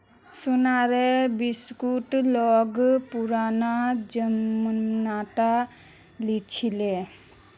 सोनार बिस्कुट लोग पुरना जमानात लीछीले